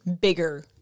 bigger